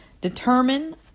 determine